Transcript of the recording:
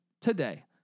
today